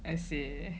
I see